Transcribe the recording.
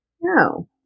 No